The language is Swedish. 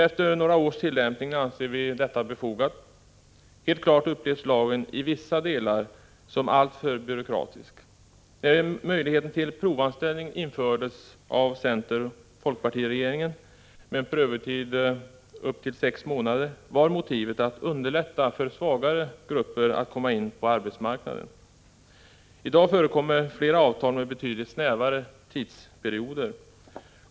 Efter några års tillämpning anser vi nu detta vara befogat. Helt klart upplevs lagen, i vissa delar, som alltför byråkratisk. När möjligheten till provanställning infördes av center-folkpartiregeringen med en prövotid på upp till sex månader var motivet att underlätta för svagare grupper att komma in på arbetsmark = Prot. 1985/86:31 naden. 20 november 1985 I dag förekommer flera avtal med betydligt snävare tidsperioder.